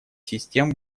систем